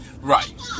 Right